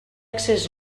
accés